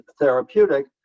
therapeutic